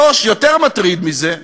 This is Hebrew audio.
3. יותר מטריד מזה,